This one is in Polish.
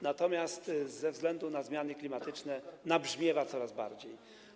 Natomiast ze względu na zmiany klimatyczne nabrzmiewa on coraz bardziej.